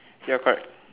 ya correct